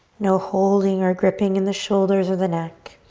no holding or gripping in the shoulders or the neck.